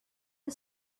the